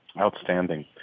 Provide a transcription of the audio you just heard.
Outstanding